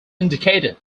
indicated